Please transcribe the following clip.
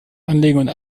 anlegen